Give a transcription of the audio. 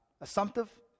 Assumptive